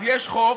אז יש חוק